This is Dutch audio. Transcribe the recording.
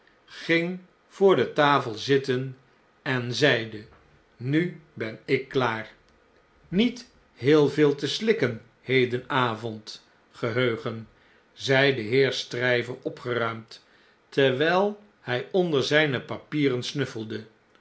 ging voor de tafel zitten en zeide nu ben ik klaar niet heel veel te slikken hedenavond geheugen zei de heer stryver opgeruimd terwijl hij onder zpe papieren snuffelde